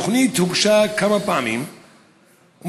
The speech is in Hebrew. התוכנית הוגשה כמה פעמים ומשרדך,